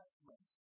investments